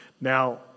Now